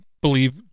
believe